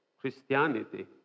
Christianity